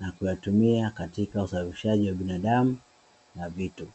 na kuyatumia katika usafirishaji wa binadamu na vitu.